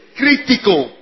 critical